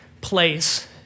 place